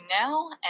now